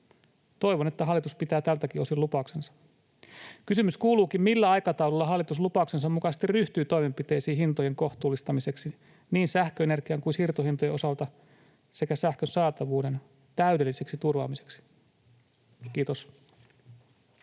Toivon, että hallitus pitää tältäkin osin lupauksensa. Kysymys kuuluukin: millä aikataululla hallitus lupauksensa mukaisesti ryhtyy toimenpiteisiin hintojen kohtuullistamiseksi niin sähköenergian kuin siirtohintojen osalta sekä sähkön saatavuuden täydelliseksi turvaamiseksi? — Kiitos.